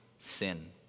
sin